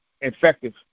effective